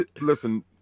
listen